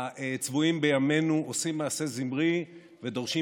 הצבועים בימינו עושים מעשה זמרי ודורשים